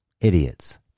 idiots